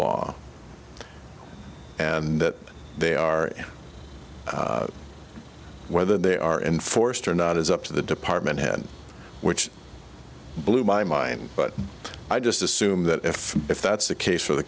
law and that they are whether they are enforced or not is up to the department head which blew my mind but i just assume that if if that's the case for the